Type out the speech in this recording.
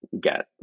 get